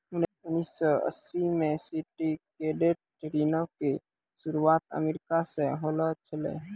उन्नीस सौ अस्सी मे सिंडिकेटेड ऋणो के शुरुआत अमेरिका से होलो छलै